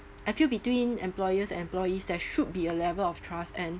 I feel between employers and employees there should be a level of trust and